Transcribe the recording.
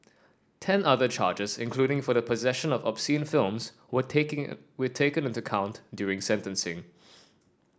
ten other charges including for the possession of obscene films were taking were taken into account during sentencing